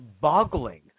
boggling